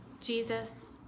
Jesus